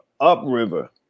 upriver